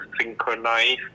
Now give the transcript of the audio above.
synchronize